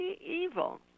evil